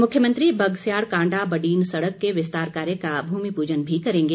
मुख्यमंत्री बगस्याड़ कांडा बडीन सड़क के विस्तार कार्य का भूमिपूजन भी करेंगे